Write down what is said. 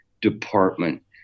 department